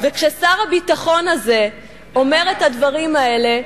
וכששר הביטחון הזה אומר את הדברים האלה,